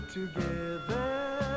Together